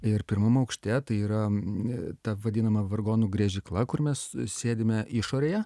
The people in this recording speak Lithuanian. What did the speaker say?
ir pirmam aukšte tai yra ne ta vadinama vargonų grežikla kur mes sėdime išorėje